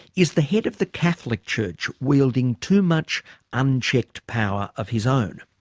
is the head of the catholic church wielding too much unchecked power of his own?